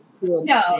No